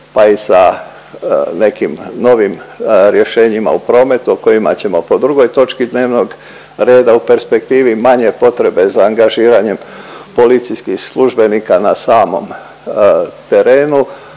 pa i sa nekim novim rješenjima u prometu o kojima ćemo po drugoj točki dnevnog reda u perspektivi manje potrebe za angažiranjem policijskih službenika na samom terenu,